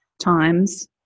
times